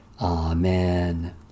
Amen